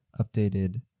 Updated